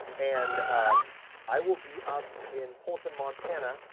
and i will be up in polson, montana,